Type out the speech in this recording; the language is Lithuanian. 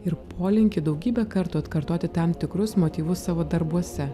ir polinkį daugybę kartų atkartoti tam tikrus motyvus savo darbuose